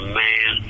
man